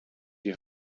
die